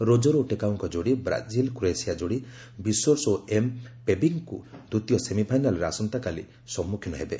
ରୋକର ଓ ଟେକାଉଙ୍କ ଯୋଡ଼ି ବ୍ରାଜିଲ୍ କ୍ରୋଏସିଆ ଯୋଡ଼ି ବିସୋର୍ସ ଓ ଏମ୍ପେବିକଙ୍କୁ ଦ୍ୱିତୀୟ ସେମିଫାଇନାଲରେ ଆସନ୍ତାକାଲି ସମ୍ମୁଖୀନ ହେବେ